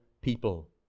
people